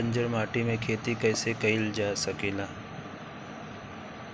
बंजर माटी में खेती कईसे कईल जा सकेला?